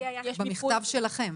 במכתב שלכם.